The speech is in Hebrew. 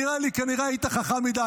נראה לי שכנראה היית חכם מדי,